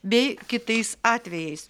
bei kitais atvejais